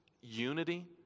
unity